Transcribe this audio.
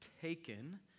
taken